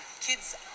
kids